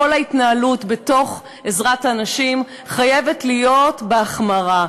כל ההתנהלות בעזרת הנשים חייבת להיות בהחמרה,